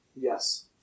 Yes